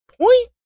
point